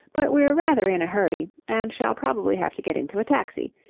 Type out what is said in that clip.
but we're rather in a hurry and shall probably have to get into a taxi.